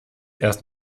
erst